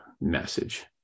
message